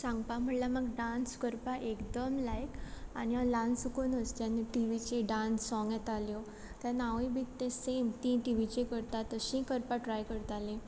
सांगपा म्हणल्या म्हाका डान्स करपा एकदम लायक आनी हांव ल्हान साकुनूच जेन्ना टिवीचे डान्स साँग येताल्यो तेन्ना हांवूय बी ते सेम तीं टिवीचे करतात तशीं करपा ट्राय करतालें